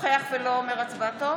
נוכח ולא אומר הצבעתו